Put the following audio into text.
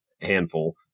handful